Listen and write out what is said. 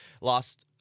lost